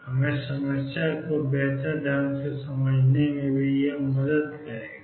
हमें समस्या को बेहतर ढंग से समझने में भी मदद करते हैं